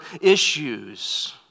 issues